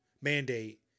mandate